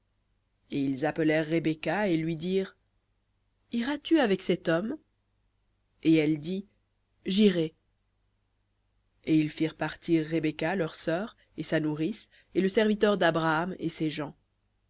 et ils appelèrent rebecca et lui dirent iras-tu avec cet homme et elle dit jirai et ils firent partir rebecca leur sœur et sa nourrice et le serviteur d'abraham et ses gens